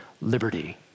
liberty